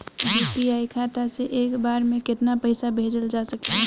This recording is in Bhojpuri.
यू.पी.आई खाता से एक बार म केतना पईसा भेजल जा सकेला?